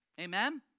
amen